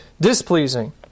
displeasing